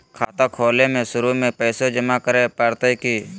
खाता खोले में शुरू में पैसो जमा करे पड़तई की?